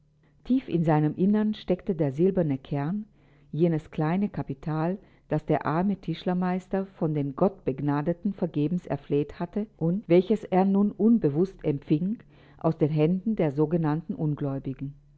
tief in seinem innern steckte der silberne kern jenes kleine kapital das der arme tischlermeister von den gottbegnadeten vergebens erfleht hatte und welches er nun unbewußt empfing aus den händen der sogenannten ungläubigen